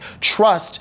trust